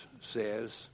says